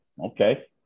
Okay